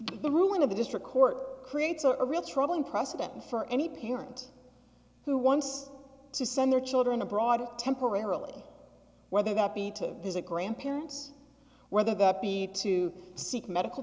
the district court creates a real troubling precedent for any parent who wants to send their children abroad temporarily whether that be to visit grandparents whether that be to seek medical